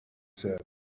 said